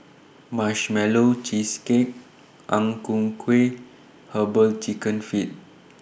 Marshmallow Cheesecake Ang Ku Kueh Herbal Chicken Feet